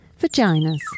Vaginas